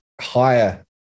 higher